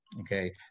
okay